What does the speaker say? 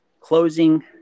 closing